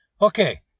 Okay